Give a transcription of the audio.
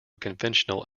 conventional